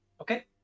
Okay